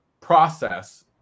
process